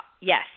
yes